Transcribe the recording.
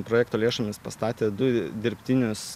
projekto lėšomis pastatė du dirbtinius